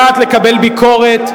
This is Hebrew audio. יודעת לקבל ביקורת,